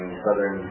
southern